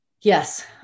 Yes